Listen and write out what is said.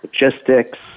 logistics